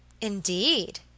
Indeed